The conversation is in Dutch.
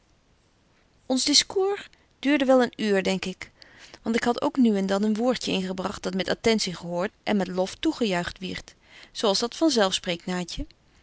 ons discours duurde wel een uur denk ik want ik had ook nu en dan een woordje ingebragt dat met attentie gehoort en met lof toegejuicht wierdt zo als dat van